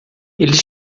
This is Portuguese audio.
eles